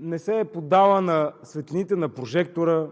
не се е поддала на светлините на прожектора,